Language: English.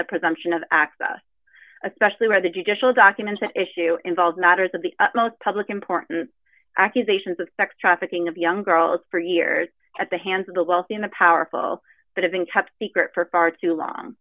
the presumption of access especially where the judicial document issue involves matters of the most public important accusations of sex trafficking of young girls for years at the hands of the wealthy in the powerful but have been kept secret for far too long